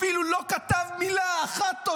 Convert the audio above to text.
לא כתב אפילו מילה אחת.